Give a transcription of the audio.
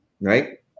right